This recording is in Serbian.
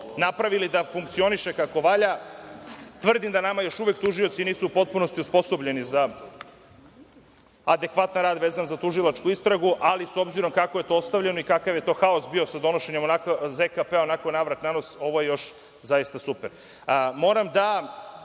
napravili da funkcioniše kako valja. Tvrdim da nama još uvek tužioci nisu u potpunosti osposobljeni za adekvatan rad vezan za tužilačku istragu, ali s obzirom kako je to ostavljeno i kakav je to haos bio sa donošenjem onakvog ZKP, onako na vrat na nos, ovo je još zaista super. Moram da